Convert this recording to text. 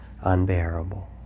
unbearable